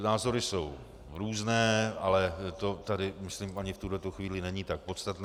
Názory jsou různé, ale to tady myslím v tuto chvíli není tak podstatné.